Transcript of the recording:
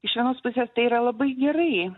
iš vienos pusės tai yra labai gerai